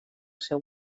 seu